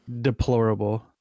Deplorable